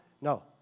No